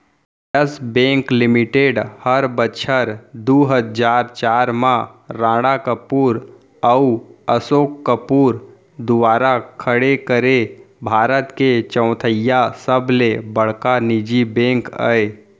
yes Bank Limited हर बछर दू हजार चार म राणा कपूर अउ असोक कपूर दुवारा खड़े करे भारत के चैथइया सबले बड़का निजी बेंक अय